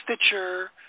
Stitcher